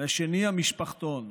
והאחר, המשפחתון.